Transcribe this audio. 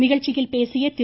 நிகழ்ச்சியில் பேசிய திரு